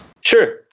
Sure